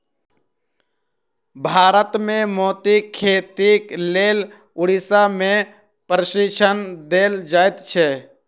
भारत मे मोतीक खेतीक लेल उड़ीसा मे प्रशिक्षण देल जाइत छै